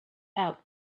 out